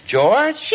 George